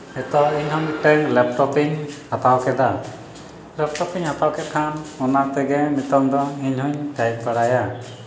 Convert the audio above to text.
ᱱᱤᱛᱚᱜ ᱤᱧ ᱦᱚᱸ ᱢᱤᱫᱴᱮᱡ ᱞᱮᱯᱴᱚᱯ ᱤᱧ ᱦᱟᱛᱟᱣ ᱠᱮᱫᱟ ᱞᱮᱯᱴᱚᱯ ᱤᱧ ᱦᱟᱛᱟᱣ ᱠᱮᱫ ᱠᱷᱟᱱ ᱚᱱᱟ ᱛᱮᱜᱮ ᱱᱤᱛᱚᱜ ᱫᱚ ᱤᱧ ᱦᱚᱧ ᱴᱟᱭᱤᱯ ᱵᱟᱲᱟᱭᱟ